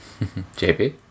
JP